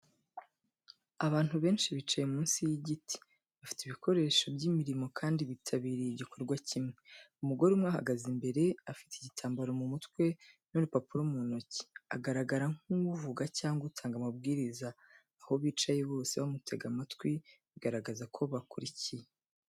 Abantu benshi bicaye munsi y’igiti, bafite ibikoresho by’imirimo kandi bitabiriye igikorwa kimwe. Umugore umwe ahagaze imbere, afite igitambaro ku mutwe n’urupapuro mu ntoki, agaragara nk’uvuga cyangwa utanga amabwiriza. Aho bicaye bose bamutega amatwi bigaragazako bakurikiye.